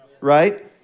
right